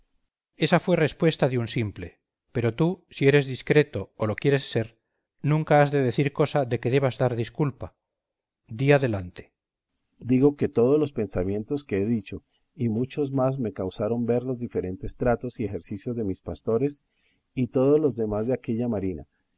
esa fue respuesta de un simple pero tú si eres discreto o lo quieres ser nunca has de decir cosa de que debas dar disculpa di adelante berganza digo que todos los pensamientos que he dicho y muchos más me causaron ver los diferentes tratos y ejercicios que mis pastores y todos los demás de aquella marina